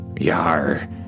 Yar